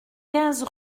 quinze